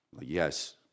yes